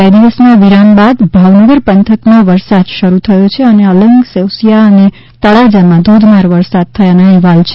બે દિવસના વિરામ બાદ ભાવનગર પંથકમાં વરસાદ શરૂ થયો છે અને અલંગ સોસિયા અને તળાજામાં ધોધમાર વરસાદ થયો હોવાના અહેવાલ છે